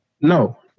No